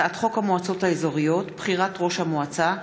הצעת חוק להנצחת מורשת המחתרות,